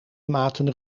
maten